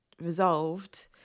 resolved